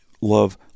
love